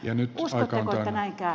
uskotteko että näin käy